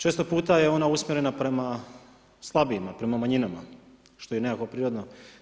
Često puta je ona usmjerena prema slabijima, prema manjinama što je nekako prirodno.